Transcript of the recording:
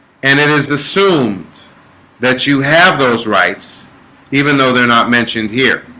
and it is assumed that you have those rights even though. they're not mentioned here